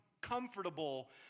comfortable